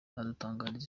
adutangariza